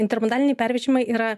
intermodaliniai pervežimai yra